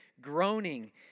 groaning